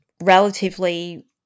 relatively